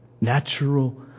natural